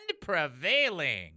prevailing